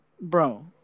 Bro